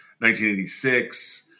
1986